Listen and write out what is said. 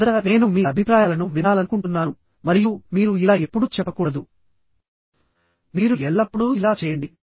మొదట నేను మీ అభిప్రాయాలను వినాలనుకుంటున్నాను మరియు మీరు ఇలా ఎప్పుడూ చెప్పకూడదుమీరు ఎల్లప్పుడూ ఇలా చేయండి